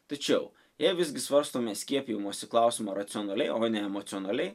tačiau jei visgi svarstome skiepijimosi klausimą racionaliai o ne emocionaliai